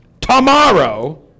Tomorrow